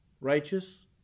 Righteous